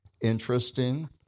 Interesting